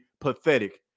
pathetic